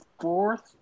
fourth